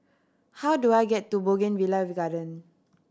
how do I get to Bougainvillea Garden